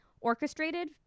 orchestrated